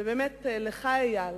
ובאמת, לך, איל,